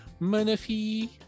Manafi